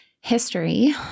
history